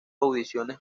audiciones